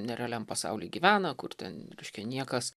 nerealiam pasauly gyvena kur ten reiškia niekas